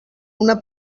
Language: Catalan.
una